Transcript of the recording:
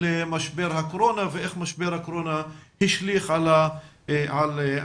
משבר הקורונה ואיך משבר הקורונה השליך על הנושא.